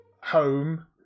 home